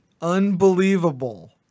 Unbelievable